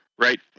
Right